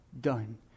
done